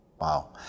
Wow